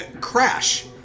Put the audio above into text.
Crash